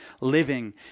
living